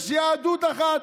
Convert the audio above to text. יש יהדות אחת,